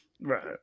Right